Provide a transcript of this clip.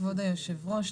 כבוד היושב-ראש,